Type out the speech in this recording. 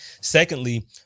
Secondly